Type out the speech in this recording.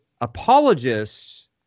apologists